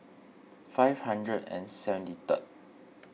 five hundred and seventy third